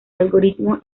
algoritmo